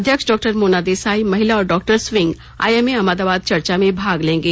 अध्यक्ष डॉक्टर मोना देसाई महिला और डॉक्टर्स विंग आईएमए अहमदाबाद चर्चा में भाग लेंगे